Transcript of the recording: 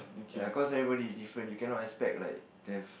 ya cause everybody is different you cannot expect like that